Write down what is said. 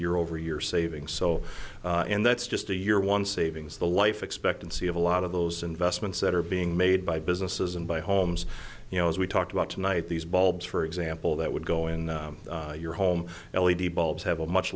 year over year saving so and that's just a year one savings the life expectancy of a lot of those investments that are being made by businesses and by homes you know as we talked about tonight these bulbs for example that would go in your home